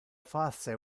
face